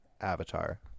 avatar